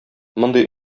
мондый